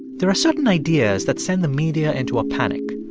there are certain ideas that send the media into a panic.